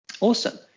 Awesome